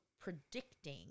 predicting